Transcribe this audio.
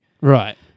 Right